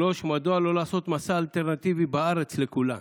3. מדוע לא לעשות מסע אלטרנטיבי בארץ לכולם?